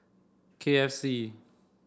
K F C